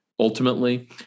Ultimately